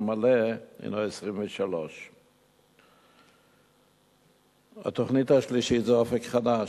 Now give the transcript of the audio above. מלא הינו 23. התוכנית השלישית זה "אופק חדש".